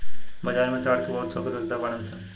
बाजार में ताड़ के बहुत थोक बिक्रेता बाड़न सन